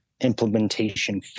implementation